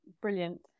Brilliant